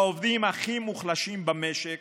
העובדים הכי מוחלשים במשק,